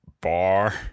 bar